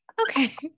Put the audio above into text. Okay